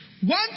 One